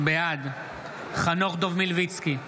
בעד חנוך דב מלביצקי,